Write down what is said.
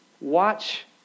watch